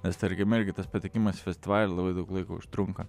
nes tarkim irgi tas patekimas į festivalį labai daug laiko užtrunka